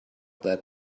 that